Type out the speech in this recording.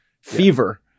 Fever